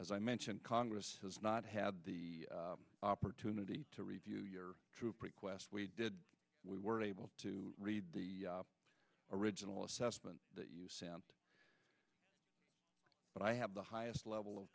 as i mentioned congress has not had the opportunity to review your troop request we did we weren't able to read the original assessment that you sent but i have the highest level of